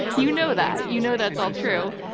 you know that. you know that's all true.